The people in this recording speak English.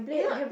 you not